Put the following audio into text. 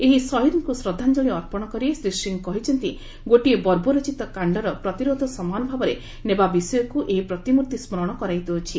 ଏହି ସହିଦ୍ଙ୍କୁ ଶ୍ରଦ୍ଧାଞ୍ଚଳି ଅର୍ପଣ କରି ଶ୍ରୀ ସିଂ କହିଛନ୍ତି ଗୋଟିଏ ବର୍ବୋରୋଚିତ କାଣ୍ଡର ପ୍ରତିରୋଧ ସମାନ ଭାବରେ ନେବା ବିଷୟକୁ ଏହି ପ୍ରତିମୂର୍ତ୍ତି ସ୍ମରଣ କରାଇ ଦେଉଛି